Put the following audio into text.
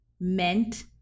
meant